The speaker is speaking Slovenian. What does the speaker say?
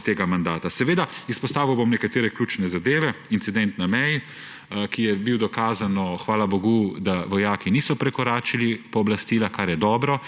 tega mandata. Izpostavil bom nekatere ključne zadeve. Incident na meji, kjer je bilo dokazano, hvala bogu, da vojaki niso prekoračili pooblastila, kar je dobro.